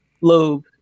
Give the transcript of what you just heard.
lobe